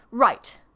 write!